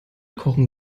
kochen